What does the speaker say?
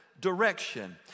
direction